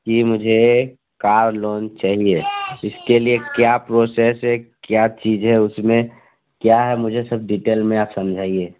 कि मुझे car loan चाहिए इसके लिए क्या प्रोसेसर है क्या चीज़ें हैं उसमें क्या है मुझे सब डिटेल में आप समझाइए